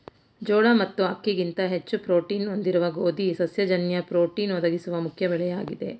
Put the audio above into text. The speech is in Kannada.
ಜೋಳ ಮತ್ತು ಅಕ್ಕಿಗಿಂತ ಹೆಚ್ಚು ಪ್ರೋಟೀನ್ನ್ನು ಹೊಂದಿರುವ ಗೋಧಿ ಸಸ್ಯ ಜನ್ಯ ಪ್ರೋಟೀನ್ ಒದಗಿಸುವ ಮುಖ್ಯ ಬೆಳೆಯಾಗಿದೆ